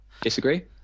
disagree